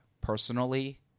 personally